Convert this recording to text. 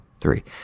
three